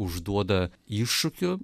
užduoda iššūkiu